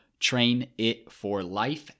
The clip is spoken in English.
trainitforlife